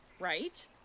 Right